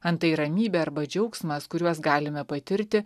antai ramybė arba džiaugsmas kuriuos galime patirti